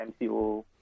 MCO